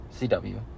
CW